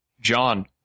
John